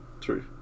True